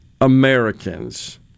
Americans